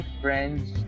friends